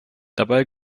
dabei